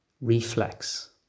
reflex